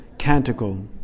Canticle